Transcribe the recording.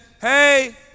hey